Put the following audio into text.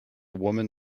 woman